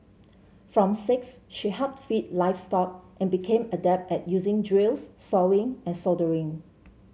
from six she helped feed livestock and became adept at using drills sawing and soldering